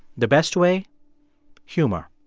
the best way humor.